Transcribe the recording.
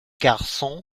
garçon